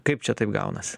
kaip čia taip gaunas